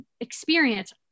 experience